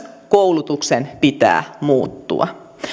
koulutuksen pitää myös muuttua